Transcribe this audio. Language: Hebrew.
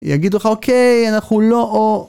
יגידו לך אוקיי, אנחנו לא...